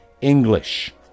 English